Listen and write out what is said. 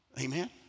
Amen